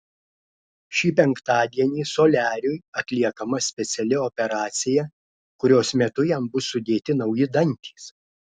šį penktadienį soliariui atliekama speciali operacija kurios metu jam bus sudėti nauji dantys